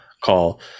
call